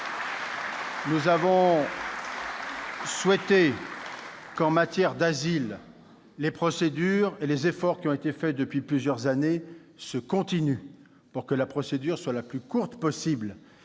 nous avons souhaité que, en matière d'asile, les procédures et les efforts entrepris depuis plusieurs années se poursuivent, afin que la procédure soit la plus courte possible